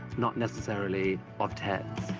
not necessarily of ted's.